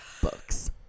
books